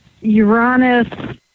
Uranus